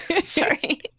sorry